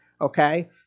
okay